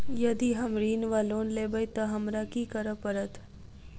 यदि हम ऋण वा लोन लेबै तऽ हमरा की करऽ पड़त?